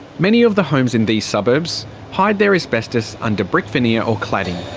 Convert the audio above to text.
many of the homes in these suburbs hide their asbestos under brick veneer or cladding.